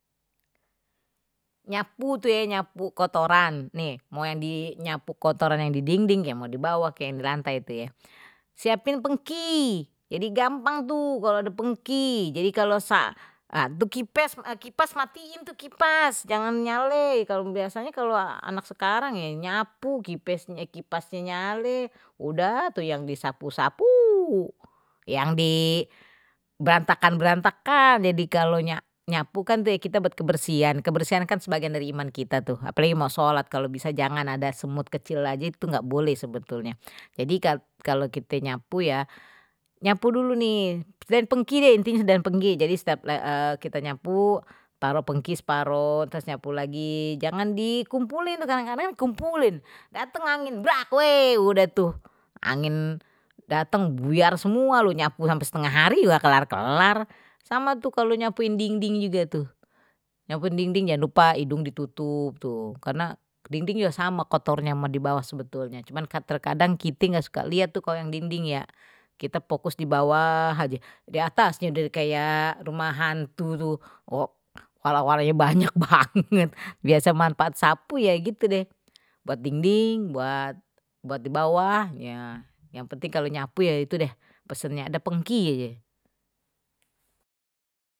Nyapu tuh ya nyapu kotoran nih mau yang di nyapu kotoran yang di dinding yang mau dibawa kek yang dilantai itu ya, siapin pengki jadi gampang tuh kalau ada pengki, jadi kalau kipes kipas matiin tuh kipas jangan nyale kalau biasanya kalau anak sekarang ya nyapu kipesnye kipasnya nyale, udah atuh yang di sapu-sapu yang di berantakan berantakan jadi galaunya nyapu kan tuh ya kita buat kebersihan kebersihan kan sebagian dari iman kita tuh apalagi mau salat kalau bisa jangan ada semut kecil aja itu nggak boleh sebetulnya jadi kalau kite nyapu ya nyapu dulu nih dari pengki deh intinya dan pengki jadi setiap taruh pengki separuh, trus nyapu lagi jangan dikumpulin kadang-kadang dikumpulin datang angin brak udeh tuh, buyar semua lu nyapu sampai setengah hari juga ga kelar-kelar sama tuh kalau nyapuin dinding juga tuh, yang penting jangan lupa hidung ditutup tuh karena dinding ya sama kotornya sama di bawah sebetulnya cuman terkadang kite enggak suka lihat tuh kalau yang dinding ya kita fokus di bawah aja di atasnya jadi kayak rumah hantu itu, kolar kolarnye banyak banget biasa manfaat sapu ya gitu deh buat dinding buat, buat di bawah ya yang penting kalau nyapu ya itu deh pesannye ada pengki aje.